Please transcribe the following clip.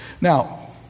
Now